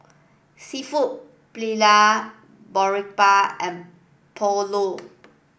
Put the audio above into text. Seafood Paella Boribap and Pulao